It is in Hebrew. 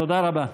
תודה רבה.